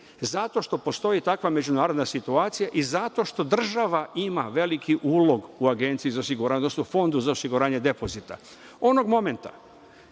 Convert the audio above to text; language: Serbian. zato što postoji takva međunarodna situacija i zato što država ima veliki ulog u Agenciji za osiguranje, odnosno Fondu za osiguranje depozita. Onog momenta,